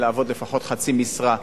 לעבוד לפחות חצי משרה,